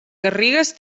garrigues